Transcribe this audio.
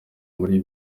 muri